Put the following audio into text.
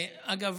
אגב,